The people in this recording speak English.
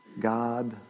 God